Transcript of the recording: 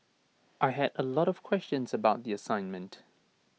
I had A lot of questions about the assignment